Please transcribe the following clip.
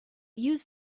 use